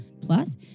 plus